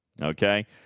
Okay